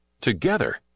Together